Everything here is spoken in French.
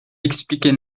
expliquait